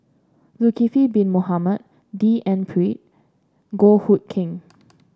Zulkifli Bin Mohamed D N Pritt Goh Hood Keng